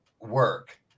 work